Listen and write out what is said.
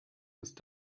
ist